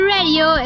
Radio